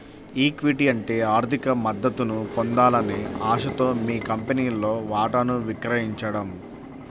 equity అంటే ఆర్థిక మద్దతును పొందాలనే ఆశతో మీ కంపెనీలో వాటాను విక్రయించడం